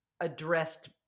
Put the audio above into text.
addressed